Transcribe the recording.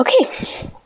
Okay